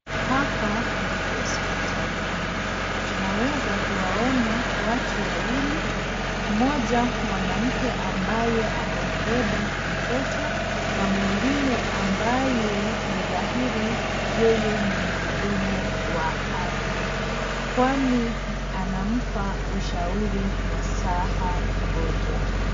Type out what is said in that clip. Hapa ni hospitalini. Tunaweza kuwaona watu wawili, mmoja mwanamke ambaye amembeba mtoto na mwingine ambaye ni dhahiri yeye ni mhudumu wa afya kwani anampa ushauri na nasaha mgonjwa.